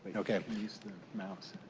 you know can use the mouse.